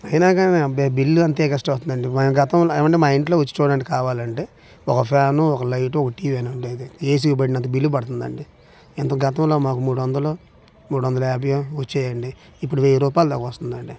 అయినా గానీ అబ్బే బిల్లు అంతే ఎగస్ట్రా వస్తుందండి మేము గతంలో ఏమండి మా ఇంట్లోకి వచ్చి చూడండి కావాలంటే ఒక ఫ్యాను ఒక లైటు ఒక టీవీనే ఉండేది ఏసీకి పడినంత బిల్లు పడుతుందండి ఇంత గతంలో మూడందల మూడొందలో యాబై వచ్చేదండి ఇప్పుడు వెయ్యి రూపాయల దాకా వస్తుందండి